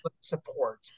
support